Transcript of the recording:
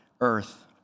earth